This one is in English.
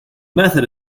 method